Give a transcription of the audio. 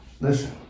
Listen